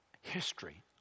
history